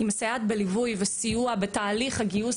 היא מסייעת בליווי וסיוע בתהליך הגיוס